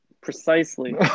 precisely